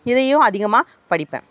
இதையும் அதிகமாக படிப்பேன்